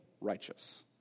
righteous